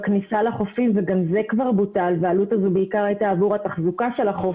שבה אנחנו נשמח מאוד לטפל,